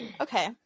Okay